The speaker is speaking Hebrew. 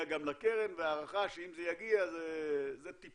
גם לקרן וההערכה שאם זה יגיע זה טיפות.